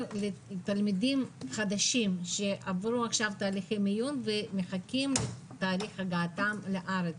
לתלמידים חדשים שעברו עכשיו תהליכי מיון ומחכים לתהליך הגעתם לארץ,